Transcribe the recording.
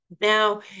Now